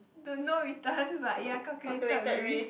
the no return but ya calculated risk